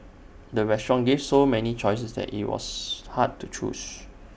the restaurant gave so many choices that IT was hard to choose